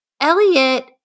Elliot